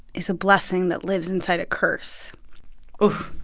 is a blessing that lives inside a curse ooh